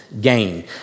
Gain